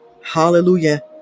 Hallelujah